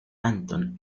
antón